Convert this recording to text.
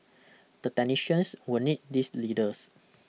the technicians will need these leaders